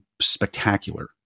spectacular